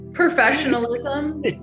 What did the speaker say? professionalism